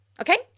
Okay